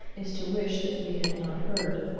is to wish that we had not heard.